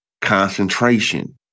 concentration